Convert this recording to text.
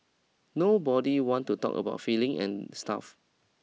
nobody want to talk about feelings and stuff